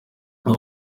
aba